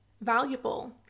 valuable